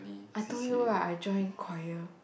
I told you right I join choir